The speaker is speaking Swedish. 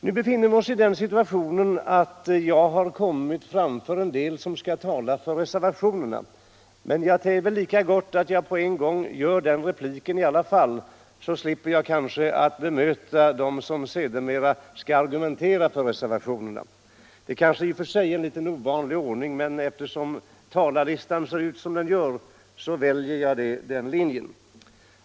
Nu befinner vi oss i den situationen att jag har kommit före en del ledamöter som skall tala för reservationerna. Men det är väl lika gott att jag på en gång ger dem repliken i alla fall, så slipper jag kanske bemöta dem som sedermera skall argumentera för reservationerna. Det är kanske i och för sig en litet ovanlig ordning, men eftersom talarlistan ser ut som den gör, väljer jag den linjen.